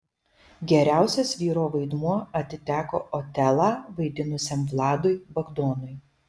geriausias vyro vaidmuo atiteko otelą vaidinusiam vladui bagdonui